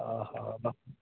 ଓହୋ